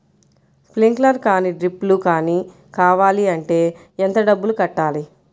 Sprinkler కానీ డ్రిప్లు కాని కావాలి అంటే ఎంత డబ్బులు కట్టాలి?